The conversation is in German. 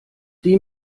die